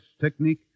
technique